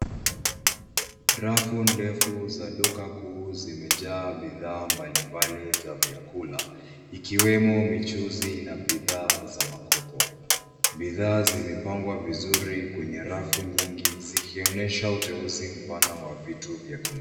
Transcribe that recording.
Rafu ndefu za duka kuu zimejaa bidhaa mbalimbali za vyakula ikiwemo michuzi na bidhaa za makopo. Bidhaa zimepangwa vizuri kwenye rafu nyingi zikionyesha uteuzi mpana wa vitu vya kununua.